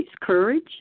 courage